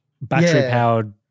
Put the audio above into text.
battery-powered